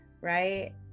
right